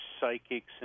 psychics